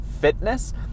fitness